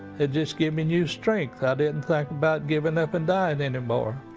it just gave me new strength. i didn't think about giving up and dying anymore.